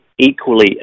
equally